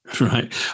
right